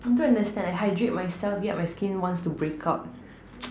I don't understand I hydrate myself yet my skin wants to break out